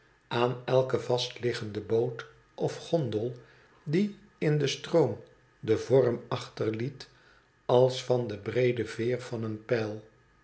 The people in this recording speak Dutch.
aan elke vastliggende boot of gondel die in den stroom den vorm achterliet als van de breede veer van een pijl